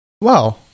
Wow